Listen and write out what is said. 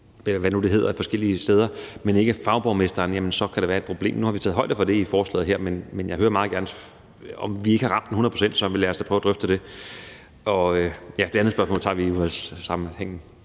eller hvad det nu hedder forskellige steder, og ikke fagborgmesteren, så kan der være et problem. Nu har vi taget højde for det i forslaget her, men jeg hører meget gerne om det; hvis vi ikke har ramt det hundrede procent, så lad os da prøve at drøfte det. Og det andet spørgsmål tager vi i udvalgssammenhæng.